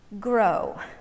grow